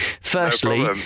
firstly